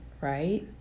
right